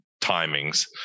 timings